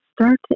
start